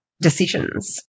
decisions